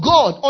God